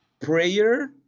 prayer